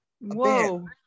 Whoa